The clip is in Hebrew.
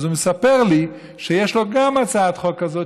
הוא מספר לי שגם לו יש הצעת חוק כזאת,